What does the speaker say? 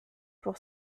pour